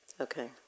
Okay